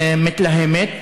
מתלהמת.